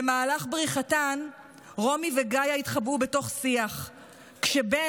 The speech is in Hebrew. במהלך בריחתן רומי וגאיה התחבאו בתוך שיח כשבן,